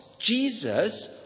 Jesus